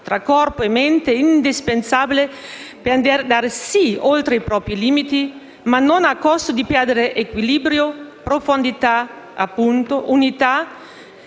Grazie